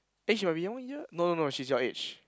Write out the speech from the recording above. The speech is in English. eh she might be one year no no no she's your age